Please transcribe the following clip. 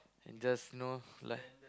and just know lie